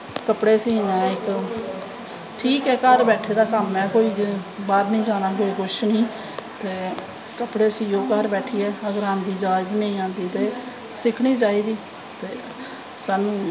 कपड़े सीनां इस ठीक ऐ घर बैठे दा कम्म ऐ बाह्र नी जाना कोई कुश नी ते कपड़े सियो घर बैठियै अगर आंदी जाच ते नेंई आंदी ते सिक्खनी चाही दी स्हानू